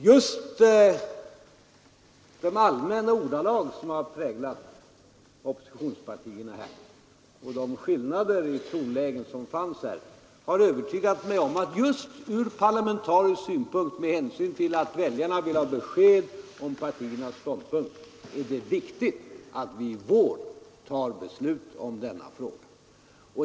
Just de allmänna ordalag som präglat oppositionspartiernas inlägg här och de skillnader i tonläge som fanns har övertygat mig om att det just ur parlamentarisk synpunkt — med hänsyn till att väljarna vill ha besked om partiernas ståndpunkt — är viktigt att vi i vår tar ställning i denna fråga.